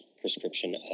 prescription